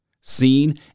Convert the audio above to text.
seen